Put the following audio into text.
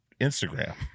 Instagram